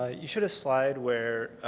ah you showed a slide where,